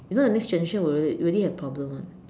if not the next generation will already have problem [one]